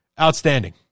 Outstanding